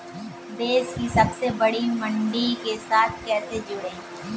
देश की सबसे बड़ी मंडी के साथ कैसे जुड़ें?